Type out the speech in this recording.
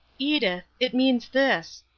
edith it means this.